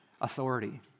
authority